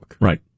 Right